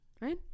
right